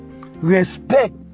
respect